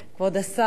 כבוד השר,